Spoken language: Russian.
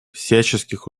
всяческих